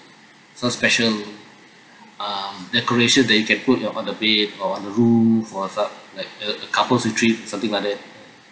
some special um decoration that you can put y~ on the bed or on the room for the like uh couple's retreat something like that